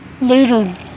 later